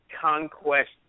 conquest